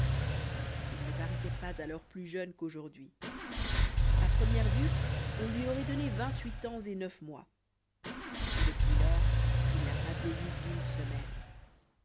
il ne paraissait pas alors plus jeune qu'aujourd'hui à première vue on lui aurait donné vingt-huit ans et neuf mois depuis lors il n'a pas vieilli d'une semaine